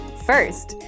First